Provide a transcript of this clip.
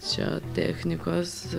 čia technikos